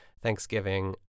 Thanksgiving